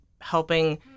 helping